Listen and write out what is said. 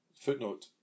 Footnote